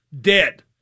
dead